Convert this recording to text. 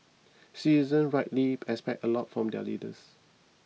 citizens rightly expect a lot from their leaders